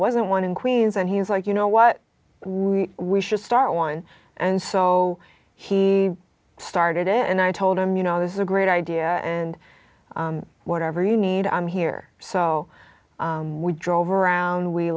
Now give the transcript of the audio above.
wasn't one in queens and he's like you know what we should start one and so he started it and i told him you know this is a great idea and whatever you need i'm here so we drove around we